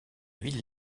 ville